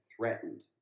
threatened